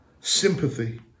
sympathy